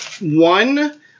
One